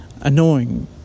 annoying